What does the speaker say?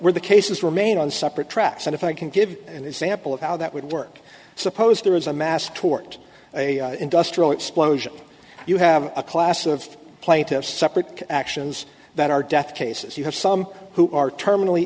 where the cases remain on separate tracks and if i can give an example of how that would work suppose there was a mass tort a industrial explosion you have a class of plaintiffs separate actions that are death cases you have some who are terminally